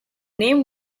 name